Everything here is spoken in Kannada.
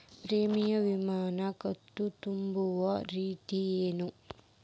ಪ್ರೇಮಿಯಂ ವಿಮಾ ಕಂತು ತುಂಬೋ ರೇತಿ ಏನು?